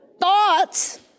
Thoughts